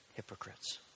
Hypocrites